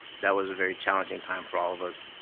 that was a very challenging time for all of us.